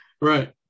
Right